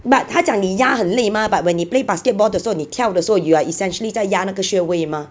but 他讲你压很力嘛 but when 你 play basketball 的时候你跳的时候 you are essentially 在压那个穴位 mah